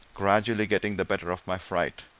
gradually getting the better of my fright.